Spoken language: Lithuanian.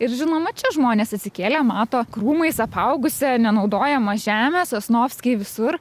ir žinoma čia žmonės atsikėlę mato krūmais apaugusią nenaudojamą žemę sosnovskiai visur